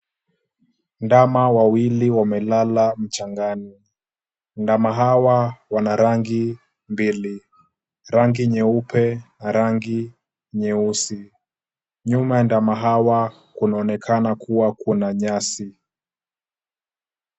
Ndama wawili wamelala mchangani. Ndama hawa wana rangi mbili, rangi nyeupe na rangi nyeusi. Nyuma ndama hawa kunaonekana kuwa kuna nyasi.